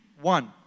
One